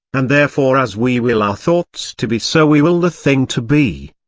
and therefore as we will our thoughts to be so we will the thing to be.